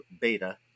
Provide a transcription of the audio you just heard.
beta